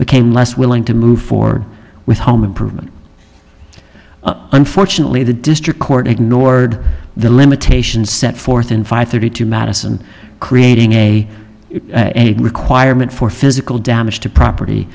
became less willing to move forward with home improvement unfortunately the district court ignored the limitations set forth in five thirty two madison creating a requirement for physical damage to property